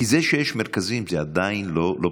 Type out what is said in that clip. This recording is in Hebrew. כי זה שיש מרכזים זה עדיין לא פותר.